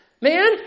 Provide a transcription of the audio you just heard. Man